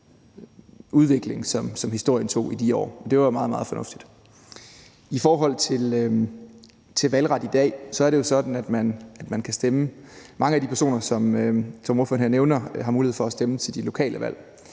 udvikling, som historien tog i de år. Det var meget, meget fornuftigt. I forhold til valgret i dag er det jo sådan, at mange af de personer, som ordføreren her nævner, har mulighed for at stemme til de lokale valg,